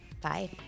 Bye